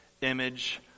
image